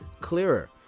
clearer